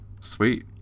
sweet